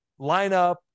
lineup